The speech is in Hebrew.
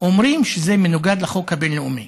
אומרת שזה מנוגד לחוק הבין-לאומי.